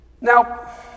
Now